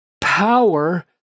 power